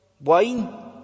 Wine